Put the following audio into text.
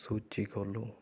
ਸੂਚੀ ਖੋਲ੍ਹੋ